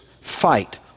fight